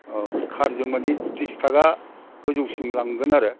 औ खारजों मानि थ्रिसथाखा गोजौसिम लांगोन आरो